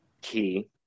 key